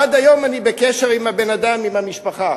עד היום אני בקשר עם הבן-אדם, עם המשפחה.